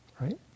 Right